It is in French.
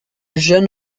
jeune